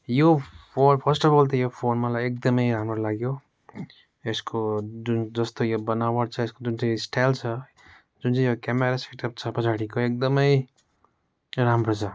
यो first of all त यो फोन मलाई एकदमै राम्रो लाग्यो यसको जुन जस्तो यो बनावट छ यसको जुन चाहिँ स्टाइल छ जुन चाहिँ यो क्यामेरा सेटअप छ पछाडिको एकदमै राम्रो छ